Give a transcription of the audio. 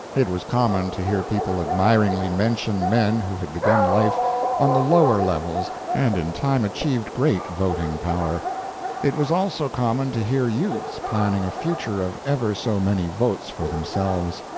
it was common to hear people admiringly mention men who had begun life on the lower levels and in time achieved great voting-power. it was also common to hear youths planning a future of ever so many votes for themselves.